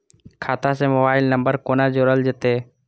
खाता से mobile number कोना जोरल जेते?